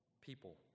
people